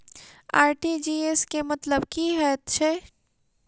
RTGS केँ मतलब की हएत छै?